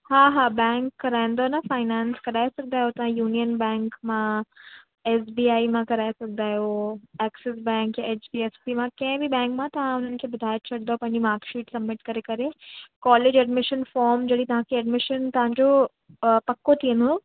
हा हा बैंक कराईंदो न फाइनेंस कराए सघंदा आहियो तव्हां यूनियन बैंक मां एस बी आई मां कराए सघंदा आहियो Axis Bank H D F C मां कंहिं बि बैंक मां तव्हां उन्हनि खे ॿुधाए छॾींदव पंहिंजी मार्क्शीट सबमिट करे करे कोलेज एडमीशन फ़ोर्म जॾहिं तव्हांखे एडमीशन तव्हांजो पको थी वेंदो